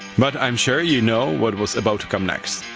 but i'm sure you know what was about to come next.